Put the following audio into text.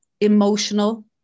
emotional